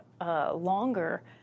longer